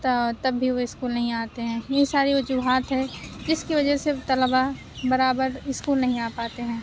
تو تب بھی وہ اسکول نہیں آتے ہیں یہ ساری وجوہات ہے جس کی وجہ سے طلباء برابر اسکول نہیں آ پاتے ہیں